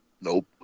Nope